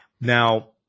Now